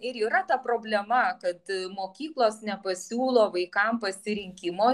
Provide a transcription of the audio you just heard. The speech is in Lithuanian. ir yra ta problema kad mokyklos nepasiūlo vaikam pasirinkimo